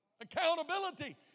Accountability